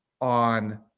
on